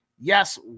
Yes